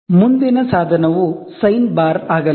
ಮುಂದಿನ ಸಾಧನವು sine bar ಆಗಲಿದೆ